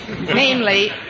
Namely